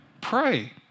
pray